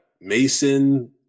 Mason